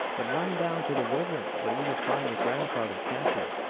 but run down to the river, where you will find your grandfather camping.